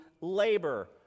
labor